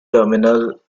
terminal